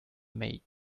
maid